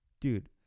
Dude